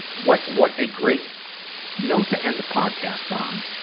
what, what a great note to end the podcast on.